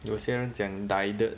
有些人讲 die ded